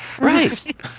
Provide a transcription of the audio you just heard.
Right